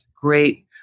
great